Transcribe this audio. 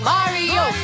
Mario